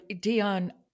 Dion